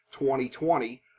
2020